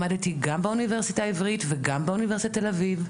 למדתי גם באוניברסיטה העברית וגם באוניברסיטת תל אביב,